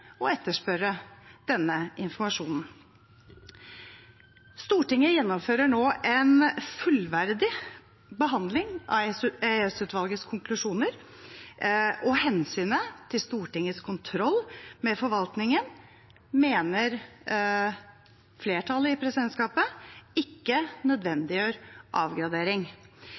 etterspørre denne informasjonen. Stortinget gjennomfører nå en fullverdig behandling av EOS-utvalgets konklusjoner, og hensynet til Stortingets kontroll med forvaltningen mener flertallet i presidentskapet ikke nødvendiggjør avgradering.